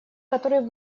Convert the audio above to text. который